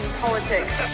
politics